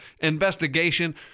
investigation